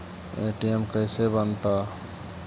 ATM कैसे बनता?